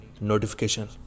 notification